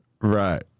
Right